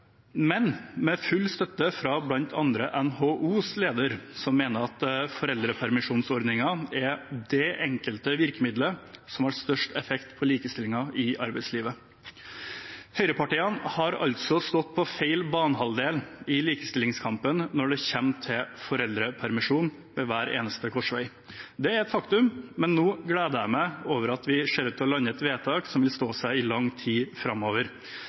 men med full støtte fra bl.a. NHOs leder, som mener at foreldrepermisjonsordningen er det enkelte virkemiddelet som har størst effekt på likestillingen i arbeidslivet. Høyrepartiene har altså stått på feil banehalvdel i likestillingskampen når det kommer til foreldrepermisjon, ved hver eneste korsvei. Det er et faktum. Nå gleder jeg meg over at vi ser ut til å lande et vedtak som vil stå seg i lang tid framover.